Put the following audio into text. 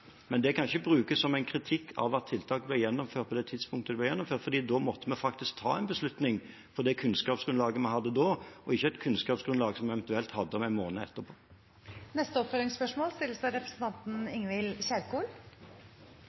men det kan ikke brukes som en kritikk av at tiltak ble gjennomført på det tidspunktet de ble gjennomført, fordi vi da måtte ta en beslutning på det kunnskapsgrunnlaget vi hadde da, og ikke et kunnskapsgrunnlag som vi eventuelt hadde en måned etterpå. Ingvild Kjerkol – til oppfølgingsspørsmål.